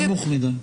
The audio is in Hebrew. הוא נמוך מדי.